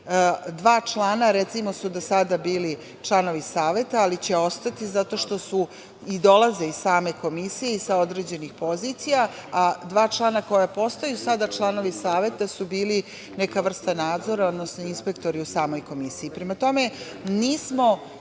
Dva člana, recimo, do sada su bili članovi Saveta, ali će ostati, zato što su, i dolaze iz same Komisije sa određenih pozicija, a dva člana koji sada postaju članovi Saveta su bili neka vrsta nadzora, odnosno inspektori u samoj Komisiji. Prema tome, nismo